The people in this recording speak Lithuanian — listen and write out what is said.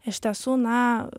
iš tiesų na